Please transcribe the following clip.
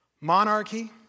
monarchy